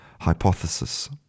hypothesis